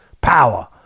power